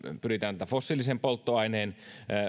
pyritään sitä fossiilisen polttoaineen